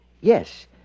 Yes